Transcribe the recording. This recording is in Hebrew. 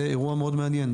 זה אירוע מאוד מעניין.